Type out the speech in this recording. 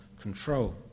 control